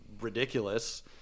ridiculous